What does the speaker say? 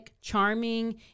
charming